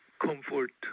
comfort